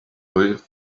live